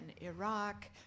Iraq